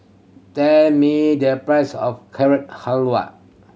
tell me the price of Carrot Halwa